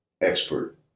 expert